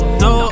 no